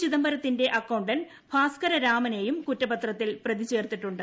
ചിദംബരത്തിന്റെ അക്കൌണ്ടന്റ് ഭാസ്കരരാമനേയും കുറ്റപത്രത്തിൽ പ്രതി ചേർത്തിട്ടുണ്ട്